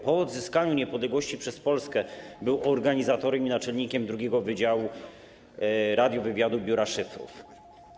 Po odzyskaniu niepodległości przez Polskę był organizatorem i naczelnikiem Wydziału II Radiowywiadu Biura Szyfrów.